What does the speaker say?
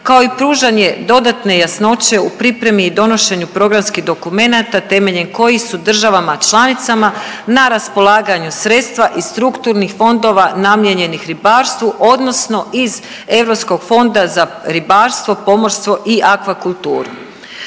kao i pružanje dodatne jasnoće u pripremi i donošenju programskih dokumenata temeljem kojih su državama članicama na raspolaganju sredstva iz strukturnih fondova namijenjenih ribarstvu odnosno iz Europskog fonda za ribarstvo, pomorstvo i akvakulturu.